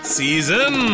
season